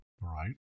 Right